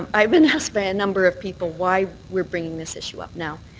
um i've been asked by a number of people why we're bringing this issue up now,